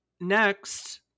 Next